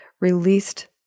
released